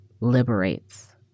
liberates